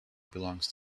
belongs